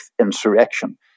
insurrection